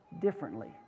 differently